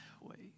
wait